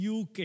UK